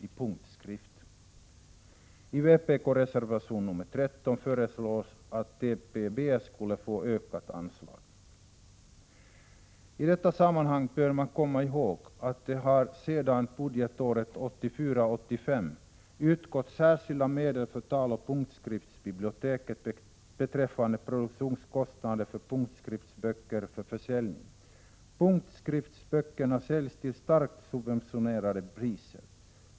I detta sammanhang bör man komma ihåg att det sedan budgetåret 1984/85 har utgått särskilda medel för taloch punktskriftsbiblioteket avseende produktionskostnader för punktskriftsböcker för försäljning. Punktskriftsböckerna säljs till starkt subventionerade priser.